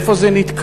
איפה זה נתקע,